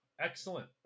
Excellent